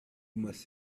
must